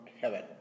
heaven